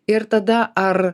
ir tada ar